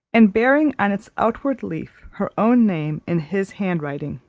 and bearing on its outward leaf her own name in his hand-writing